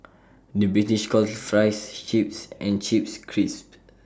the British calls Fries Chips and Chips Crisps